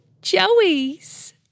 joeys